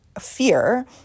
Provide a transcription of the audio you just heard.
fear